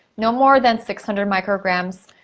no more than six hundred micrograms.